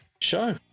show